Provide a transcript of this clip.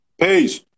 Peace